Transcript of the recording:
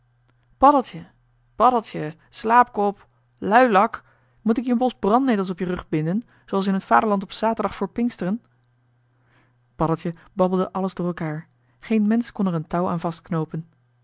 paddeltje slaapkop luilak moet ik je een bos brandnetels op je rug binden zooals in t vaderland op zaterdag voor pinksteren paddeltje babbelde alles door elkaar geen mensch kon er een touw aan